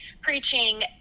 preaching